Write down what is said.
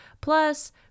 plus